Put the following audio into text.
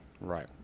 Right